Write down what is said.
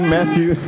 Matthew